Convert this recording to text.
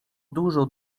dużo